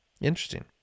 interesting